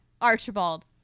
Archibald